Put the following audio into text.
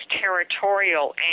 territorial